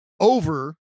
over